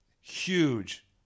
huge